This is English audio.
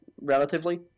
relatively